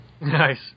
Nice